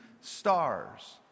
stars